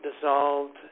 dissolved